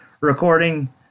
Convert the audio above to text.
recording